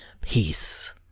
peace